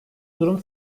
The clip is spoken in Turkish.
durum